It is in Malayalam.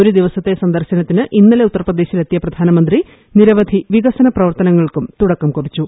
ഒരു ദിവസത്തെ സന്ദർശനത്തിന് ഇന്നലെ ഉത്തർപ്രദേശിലെത്തിയ പ്രധാനമന്ത്രി നിരവധി വികസന പ്രവർത്തനങ്ങൾക്കും തുടക്കം കുറിച്ചു